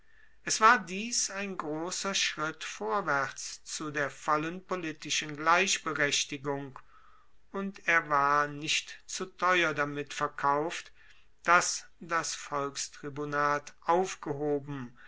es war dies ein grosser schritt vorwaerts zu der vollen politischen gleichberechtigung und er war nicht zu teuer damit verkauft dass das volkstribunat aufgehoben